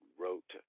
wrote